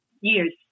years